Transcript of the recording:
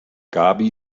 gaby